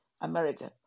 America